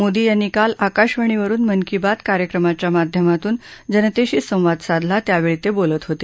मोदी यांनी काल आकाशवाणीवरुन मन की बात कार्यक्रमाच्या माध्यमातून जनतेशी संवाद साधला त्यावेळी ते बोलत होते